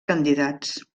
candidats